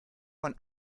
von